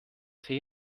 tee